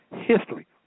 history